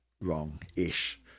wrong-ish